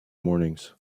mornings